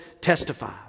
Testify